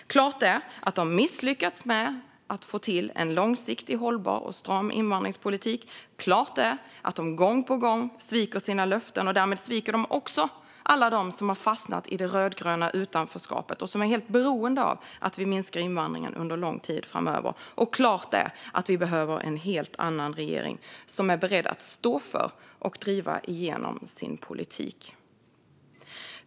Klart är att Socialdemokraterna misslyckats med att få till en långsiktigt hållbar och stram invandringspolitik. Klart är att de gång på gång sviker sina löften, och därmed sviker de också alla dem som har fastnat i det rödgröna utanförskapet och som är helt beroende av att vi minskar invandringen under lång tid framöver. Klart är också att vi behöver en helt annan regering, en som är beredd att stå för och driva igenom sin politik.